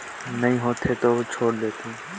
खेती ला आपसी परागण काबर करथे?